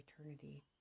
eternity